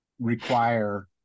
require